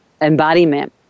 embodiment